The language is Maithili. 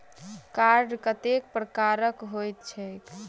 कार्ड कतेक प्रकारक होइत छैक?